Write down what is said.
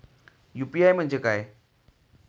UPI म्हणजे काय?